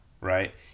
right